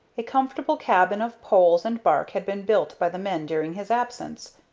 a comfortable cabin of poles and bark had been built by the men during his absence.